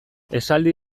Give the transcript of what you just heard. esaldi